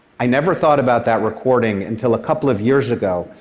i never thought about that recording until a couple of years ago,